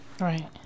Right